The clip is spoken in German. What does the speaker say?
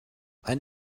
ein